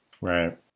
Right